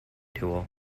tool